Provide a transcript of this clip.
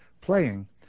playing